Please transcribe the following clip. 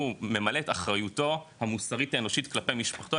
הוא ממלא את אחריותו המוסרית האנושית כלפי משפחתו,